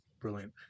Brilliant